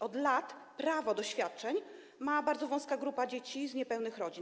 Od lat prawo do świadczeń ma bardzo wąska grupa dzieci z niepełnych rodzin.